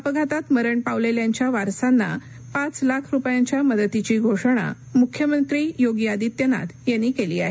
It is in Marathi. अपघातात मरण पावलेल्यांच्या वारसांना पाच लाख रुपयांच्या मदतीची घोषणा मुख्यमंत्री योगी आदित्यनाथ यांनी केली आहे